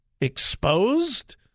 exposed